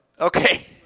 Okay